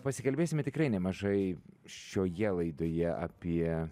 pasikalbėsime tikrai nemažai šioje laidoje apie